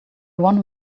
one